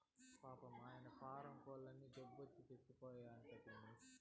పాపం, ఆయన్న పారం కోల్లన్నీ జబ్బొచ్చి సచ్చిపోతండాయి పిన్నీ